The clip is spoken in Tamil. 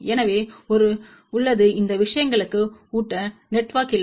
எனவே ஒரு உள்ளது இந்த விஷயங்களுக்கு ஊட்ட நெட்வொர்க் இல்லை